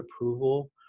approval